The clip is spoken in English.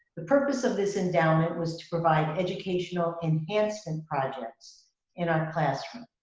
the purpose of this endowment was to provide educational enhancement projects in our classroom.